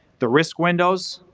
the risk windows,